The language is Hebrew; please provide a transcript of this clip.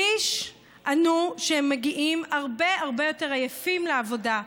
שליש ענו שהם מגיעים הרבה הרבה יותר עייפים לעבודה,